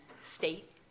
state